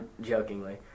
jokingly